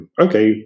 okay